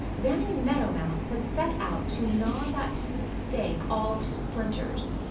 danny meadow mouse had set out to gnaw that piece of stake all to splinters.